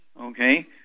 okay